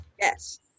Yes